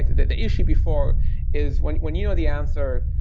the the issue before is when when you know the answer,